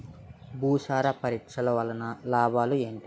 భూసార పరీక్ష వలన లాభాలు ఏంటి?